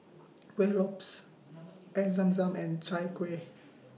Kueh Lopes Air Zam Zam and Chai Kueh